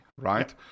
right